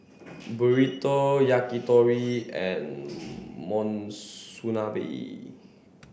Burrito Yakitori and Monsunabe